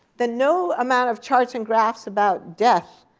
then no amount of charts and graphs about death,